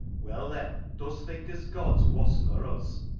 well then, dust think as god's woss nor us?